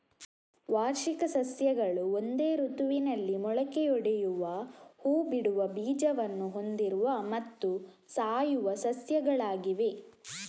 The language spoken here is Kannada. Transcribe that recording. ವಾರ್ಷಿಕ ಸಸ್ಯಗಳು ಒಂದೇ ಋತುವಿನಲ್ಲಿ ಮೊಳಕೆಯೊಡೆಯುವ ಹೂ ಬಿಡುವ ಬೀಜವನ್ನು ಹೊಂದಿರುವ ಮತ್ತು ಸಾಯುವ ಸಸ್ಯಗಳಾಗಿವೆ